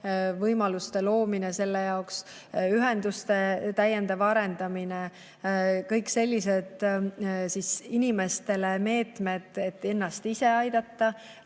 võimaluste loomine selle jaoks, ühenduste täiendav arendamine, kõik sellised meetmed inimestele, et ise ennast aidata